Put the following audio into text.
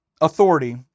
authority